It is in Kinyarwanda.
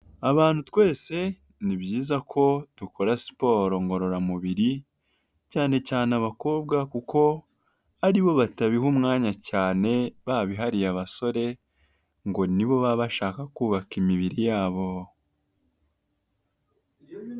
Abantu twese ni byiza ko dukora siporo ngororamubiri cyane cyane abakobwa, kuko aribo batabiha umwanya cyane babihariye abasore ngo nibo baba bashaka kubaka imibiri yabo.